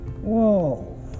Whoa